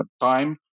time